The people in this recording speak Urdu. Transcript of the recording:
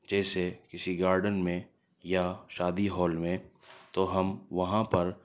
جیسے کسی گارڈن میں یا شادی ہال میں تو ہم وہاں پر